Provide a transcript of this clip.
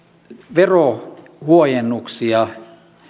verohuojennuksia